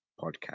podcast